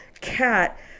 cat